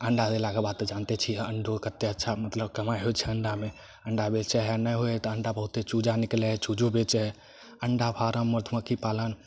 अण्डा देलाके बाद जानिते छी अण्डो कते अच्छा मतलब कमाइ होइ छै अण्डामे अण्डा बेचै हइ आ नहि होइ हइ तऽ अण्डा बहुते चूजा निकलै हइ चूजो बेचै हइ अण्डा फारम मधुमक्खी पालन